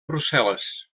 brussel·les